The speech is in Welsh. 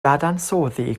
dadansoddi